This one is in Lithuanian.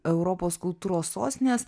europos kultūros sostinės